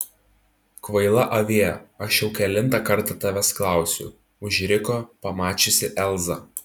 kvaila avie aš jau kelintą kartą tavęs klausiu užriko pamačiusi elzą